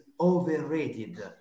overrated